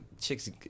chicks